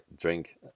drink